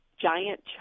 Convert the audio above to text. giant